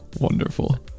Wonderful